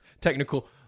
technical –